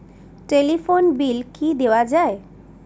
Telephone bill কি দেওয়া যায়?